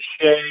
shade